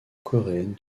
coréenne